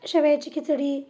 शेवयाची खिचडी